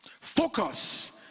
Focus